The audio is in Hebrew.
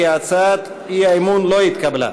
אי-אמון בממשלה לא נתקבלה.